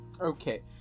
Okay